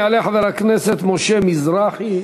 יעלה חבר הכנסת משה מזרחי,